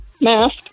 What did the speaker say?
mask